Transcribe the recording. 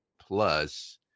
plus –